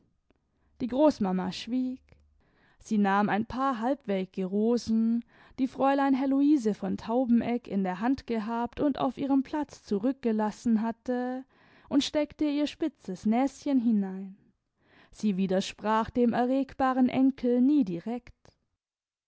die großmama schwieg sie nahm ein paar halbwelke rosen die fräulein heloise von taubeneck in der hand gehabt und auf ihrem platz zurückgelassen hatte und steckte ihr spitzes näschen hinein sie widersprach dem erregbaren enkel nie direkt